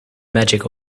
magic